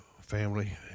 family